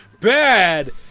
bad